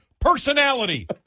personality